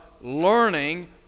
learning